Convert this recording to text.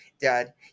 Dad